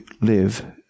live